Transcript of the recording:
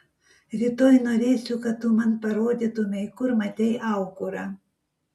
rytoj norėsiu kad tu man parodytumei kur matei aukurą